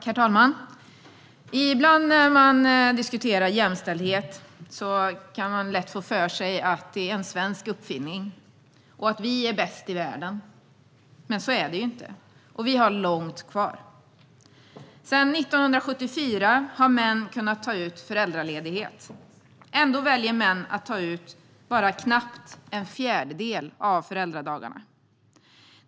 Herr talman! Ibland när jämställdhet diskuteras kan man lätt få för sig att det är en svensk uppfinning och att vi är bäst i världen, men så är det ju inte. Och vi har långt kvar. Sedan 1974 har män kunnat ta ut föräldraledighet. Ändå väljer män att bara ta ut knappt en fjärdedel av föräldradagarna.